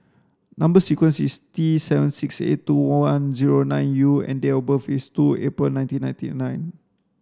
number sequence is T seven six eight two one zero nine U and date of birth is two April nineteen ninety nine